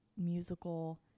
musical